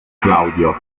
claudio